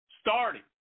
starting